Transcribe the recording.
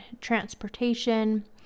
transportation